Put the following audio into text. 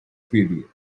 period